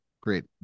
Great